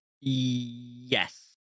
Yes